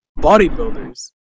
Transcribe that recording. bodybuilders